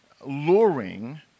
luring